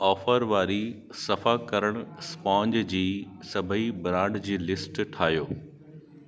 offer वारी सफ़ाकरण sponge जी सभई ब्रांड जी लिस्ट ठाहियो